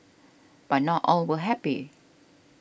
but not all were happy